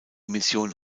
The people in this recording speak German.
mission